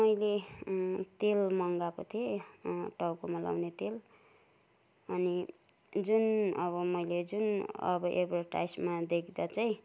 मैले तेल मगाएको थिएँ टाउकोमा लगाउने तेल अनि जुन अब मैले जुन अब एड्भर्टाइजमा देख्दा चाहिँ